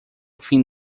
fim